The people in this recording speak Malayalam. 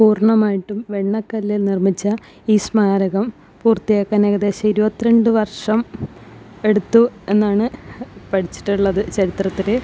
പൂർണ്ണമായിട്ടും വെണ്ണക്കല്ലിൽ നിർമ്മിച്ച ഈ സ്മാരകം പൂർത്തിയാക്കാൻ ഏകദേശം ഇരുപത്തി രണ്ടു വർഷം എടുത്തു എന്നാണ് പഠിച്ചിട്ടുള്ളത് ചരിത്രത്തിൽ